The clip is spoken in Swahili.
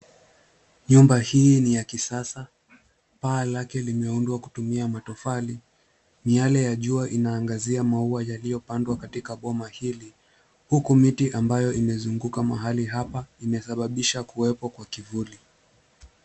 Nyumba hii ni ya kisasa. Paa lake limeundwa kwa kutumia matofali. Miale ya jua inaangazia maua yaliyopandwa katika boma hili, huku miti ambayo imezunguka mahali hapa imesababisha kuwepo kwa kivuli.